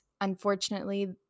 Unfortunately